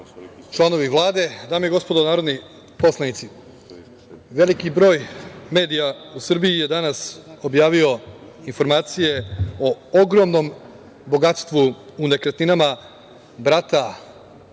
članovi Vlade, dame i gospodo narodni poslanici, veliki broj medija u Srbiji je danas objavio informacije o ogromnom bogatstvu u nekretninama brata